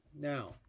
Now